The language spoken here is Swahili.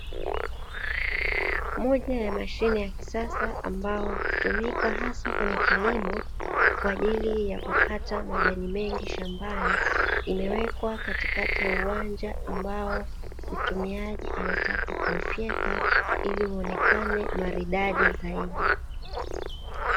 Moja ya mashine ya kisasa ambayo hutumika hasa kwa kilimo kwa ajili ya kukata majani mengi shambani, imewekwa katikati ya uwanja ambao mtumiaji ametaka kuufyeka ili uonekane maridadi zaidi.